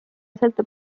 sõltub